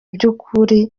by’ukuri